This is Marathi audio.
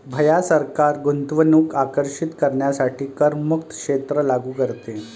भैया सरकार गुंतवणूक आकर्षित करण्यासाठी करमुक्त क्षेत्र लागू करते